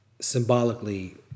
symbolically